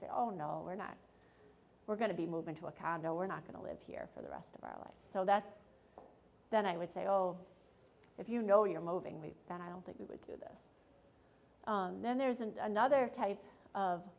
say oh no we're not we're going to be moving to a condo we're not going to live here for the rest of our life so that then i would say oh if you know you're moving we've been i don't think you would do this then there's another type of